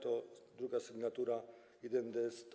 Ta druga sygnatura, 1 Ds.